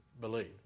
believe